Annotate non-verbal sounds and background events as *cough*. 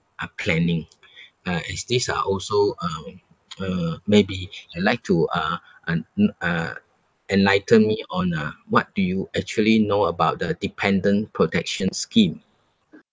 uh planning uh as these are also um *noise* uh maybe you like to uh un~ en~ uh enlighten me on uh what do you actually know about the dependant protection scheme